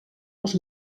els